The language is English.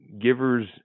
giver's